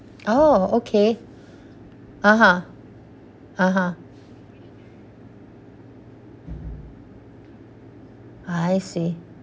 oh okay (uh huh) (uh huh) I see